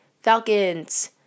falcons